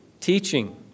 teaching